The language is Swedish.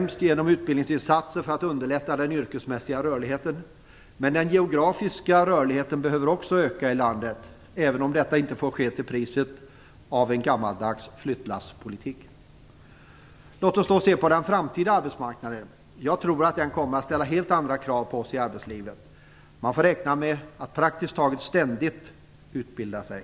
Genom utbildningsinsatser underlättas den yrkesmässiga rörligheten. Men den geografiska rörligheten behöver också öka i landet, även om det inte får ske till priset av en gammaldags flyttlasspolitik. Låt oss se på den framtida arbetsmarknaden! Jag tror att den kommer att ställa helt andra krav på oss i arbetslivet. Man får räkna med att praktiskt taget ständigt utbilda sig.